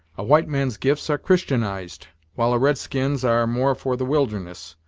a white man's gifts are christianized, while a red-skin's are more for the wilderness.